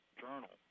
journal